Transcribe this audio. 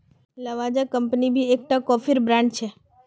Lavazza company भी एक टा कोफीर ब्रांड छे